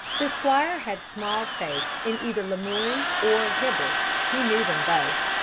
the squire had small faith in either lamoury or hibbard. he knew them both.